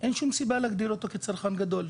אין שום סיבה להגדיר אותו כצרכן גדול,